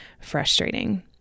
frustrating